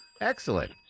Excellent